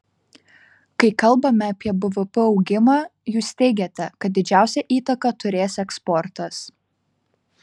kai kalbame apie bvp augimą jūs teigiate kad didžiausią įtaką turės eksportas